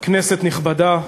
כנסת נכבדה,